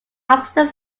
after